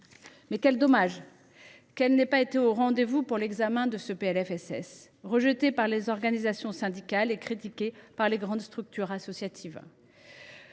: quel dommage qu’il n’ait pas adopté la même attitude pour l’examen de ce PLFSS, rejeté par les organisations syndicales et critiqué par les grandes structures associatives